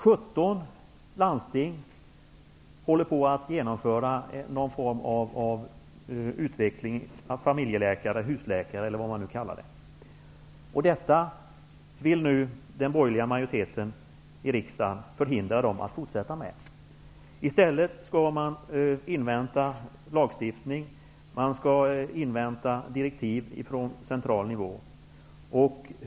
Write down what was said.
17 landsting håller på att genomföra någon form av familjeläkarsystem eller husläkarsystem, vad man nu kallar det. Detta vill nu den borgerliga majoriteten i riksdagen förhindra dem att fortsätta med. I stället skall de invänta lagstiftning och direktiv från central nivå.